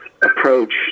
approach